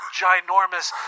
ginormous